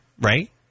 Right